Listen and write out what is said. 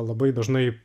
labai dažnai